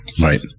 Right